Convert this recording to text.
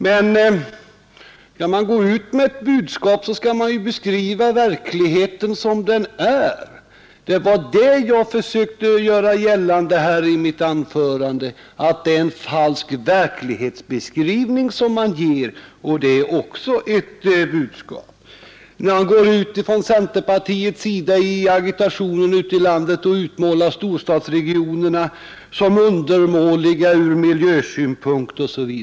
Men när man går ut med ett budskap, skall man beskriva verkligheten som den är. Jag försökte i mitt anförande göra gällande att det är en falsk verklighetsbeskrivning som man ger, och det är också ett budskap. Centerpartiet utmålar i agitationen ute i landet storstadsregionerna som undermåliga ur miljösynpunkt.